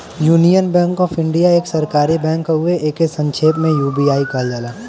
union Bank of India एक सरकारी bank हउवे एके संक्षेप में यू.बी.आई कहल जाला